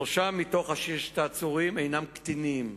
שלושה מתוך ששת העצורים אינם קטינים.